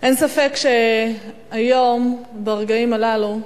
אין ספק שהיום, ברגעים הללו,